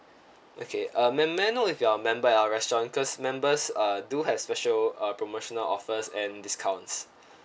okay uh ma'am may I know if you're a member at our restaurant cause members uh do have special uh promotional offers and discounts